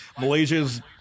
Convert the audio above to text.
Malaysia's